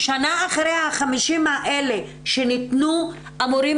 שנה אחרי ה-50 מיליון האלה שניתנו אמורים